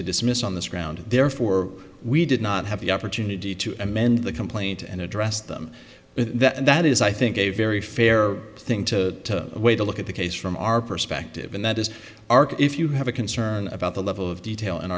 to dismiss on this ground therefore we did not have the opportunity to amend the complaint and address them and that is i think a very fair thing to way to look at the case from our perspective and that is arc if you have a concern about the level of detail